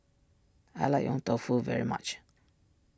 I like Yong Tau Foo very much